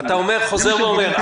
אתה חוזר ואומר: